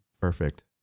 Perfect